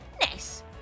Nice